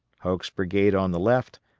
hoke's brigade on the left,